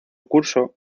curso